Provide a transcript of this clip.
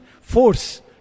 force